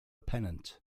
pennant